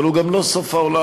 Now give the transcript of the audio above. אבל הוא גם לא סוף העולם.